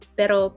pero